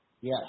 Yes